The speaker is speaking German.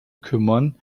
kümmern